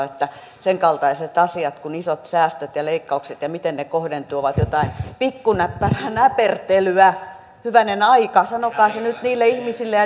että sen kaltaiset asiat kuin isot säästöt ja leikkaukset ja se miten ne kohdentuvat ovat jotain pikkunäppärää näpertelyä hyvänen aika sanokaa se nyt niille ihmisille ja